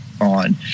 on